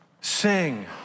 Sing